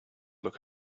look